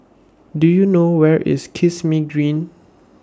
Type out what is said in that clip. Do YOU know Where IS Kismis Green